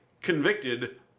convicted